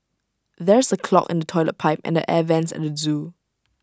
there is A clog in the Toilet Pipe and the air Vents at the Zoo